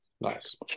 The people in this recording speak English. nice